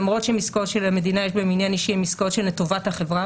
למרות שהן עסקאות שלמדינה יש בהן עניין אישי הן עסקאות שלטובת החברה.